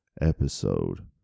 episode